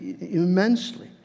immensely